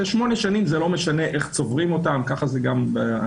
שלא משנה איך צוברים את 8 השנים כך זה גם בנשיאות